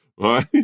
Right